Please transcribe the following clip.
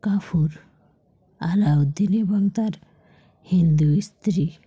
Kafur Alauddin এবং তার হিন্দু ইস্ত্রি